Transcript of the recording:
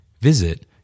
Visit